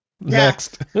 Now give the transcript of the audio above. next